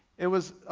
it was